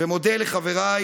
ומודה לחבריי